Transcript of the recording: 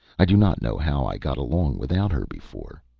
i do not know how i got along without her, before.